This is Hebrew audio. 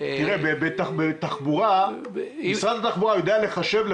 משרד התחבורה יודע לחשב את